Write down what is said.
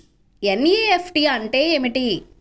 NEFT అంటే ఏమిటీ?